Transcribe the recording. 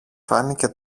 φάνηκε